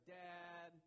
dad